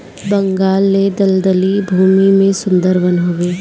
बंगाल ले दलदली भूमि में सुंदर वन हवे